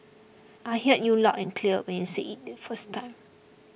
I heard you loud and clear when you said it the first time